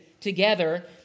together